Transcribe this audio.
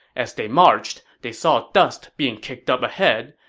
as they marched, they saw dust being kicked up ahead,